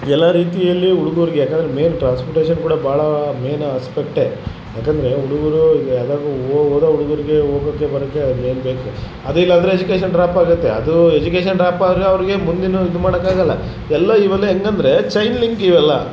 ಎಲ್ಲ ರೀತಿಯಲ್ಲಿಯು ಹುಡುಗರ್ಗೆ ಯಾಕಂದ್ರೆ ಮೇನ್ ಟ್ರಾಸ್ಪಟೇಷನ್ ಕೂಡ ಭಾಳ ಮೇನ್ ಆಸ್ಪೆಕ್ಟೇ ಯಾಕಂದರೆ ಹುಡುಗರು ಈಗ ಎಲ್ಲ ಓದೋ ಹುಡ್ಗುರ್ಗೆ ಹೋಗೋಕೆ ಬರೋಕೆ ಮೇನ್ ಬೇಕು ಅದಿಲ್ಲಂದರೆ ಎಜುಕೇಷನ್ ಡ್ರಾಪ್ ಆಗುತ್ತೆ ಅದು ಎಜುಕೇಷನ್ ಡ್ರಾಪ್ ಆದರೆ ಅವರಿಗೆ ಮುಂದಿನ ಇದು ಮಾಡೋಕಾಗಲ್ಲ ಎಲ್ಲ ಇವಾಗ್ಲೆ ಹೆಂಗಂದರೆ ಚೈನ್ ಲಿಂಕ್ ಇವೆಲ್ಲ